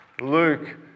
Luke